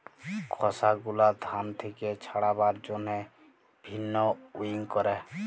খসা গুলা ধান থেক্যে ছাড়াবার জন্হে ভিন্নউইং ক্যরে